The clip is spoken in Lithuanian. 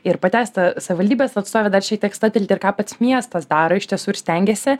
ir patęsti savivaldybės atstovė dar šiektiek stabtelti ir ką pats miestas daro iš tiesų ir stengiasi